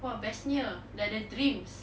!wah! best nya ada dreams